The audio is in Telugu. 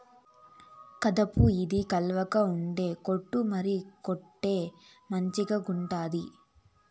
కాదప్పా, ఇది ఆల్పాకా ఉన్ని కోటు మరి, కొంటే మంచిగుండాది